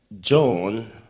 John